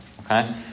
okay